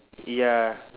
ya